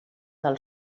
del